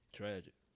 tragic